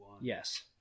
Yes